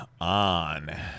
on